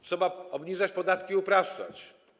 Trzeba obniżać podatki i upraszczać.